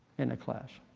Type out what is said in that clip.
in a class.